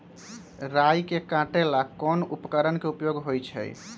राई के काटे ला कोंन उपकरण के उपयोग होइ छई?